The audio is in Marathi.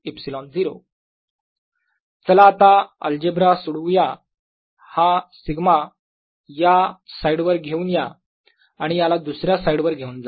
DperpinsideKEinside 14π0qdr2d232 r20K DperpoutsideKEoutside 14π0qdr2d232r20K चला आता अल्जेब्रा सोडवूया हा σ या साईड वर घेऊन या आणि याला दुसऱ्या साईड वर घेऊन जा